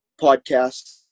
podcast